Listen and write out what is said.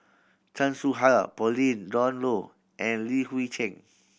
Chan Soh Ha Pauline Dawn Loh and Li Hui Cheng